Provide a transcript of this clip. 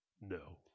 no